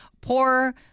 poor